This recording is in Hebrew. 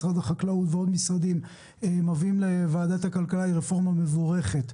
משרד החקלאות ועוד משרדים היא רפורמה מבורכת.